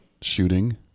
shooting